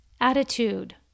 attitude